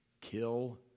kill